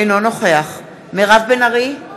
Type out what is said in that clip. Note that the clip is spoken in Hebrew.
אינו נוכח מירב בן ארי,